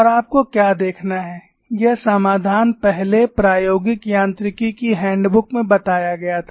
और आपको क्या देखना है यह समाधान पहले प्रायोगिक यांत्रिकी की हैंडबुक में बताया गया था